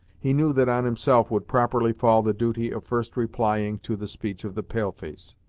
he knew that on himself would properly fall the duty of first replying to the speech of the pale-face.